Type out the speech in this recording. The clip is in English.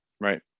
Right